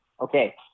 Okay